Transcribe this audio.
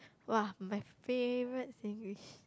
[wah] my favourite thing is